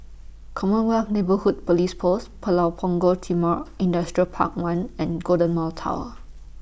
Commonwealth Neighbourhood Police Post Pulau Punggol Timor Industrial Park one and Golden Mile Tower